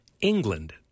England